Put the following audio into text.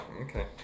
okay